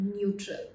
neutral